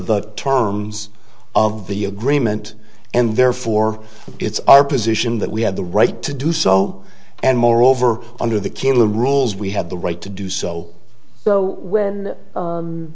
the terms of the agreement and therefore it's our position that we have the right to do so and moreover under the killer rules we have the right to do so so when